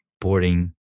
boarding